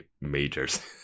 majors